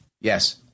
Yes